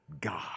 God